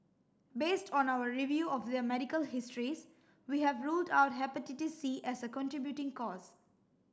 based on our review of their medical histories we have ruled out Hepatitis C as a contributing cause